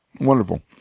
Wonderful